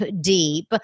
deep